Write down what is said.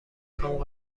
کام